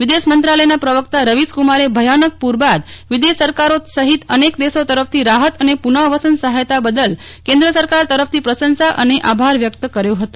વિદેશમંત્રાલય ના પ્રવકતા રવિશકુમારે ભયાનક પ્ર બાદ વિદેશી સરકારો સહિત અનેક દેશો તરફથી રાહત અને પૂનઃ વસન સહાયતા બદલ કેન્દ્ર સરકાર પ્રશંસા અને આભાર વ્યકત કરે છે